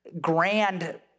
grand